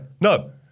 No